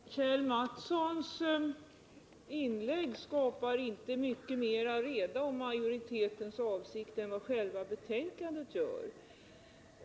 Herr talman! Kjell Mattssons inlägg skapar inte mycket mera reda om utskottsmajoritetens avsikt än vad själva betänkandet gör.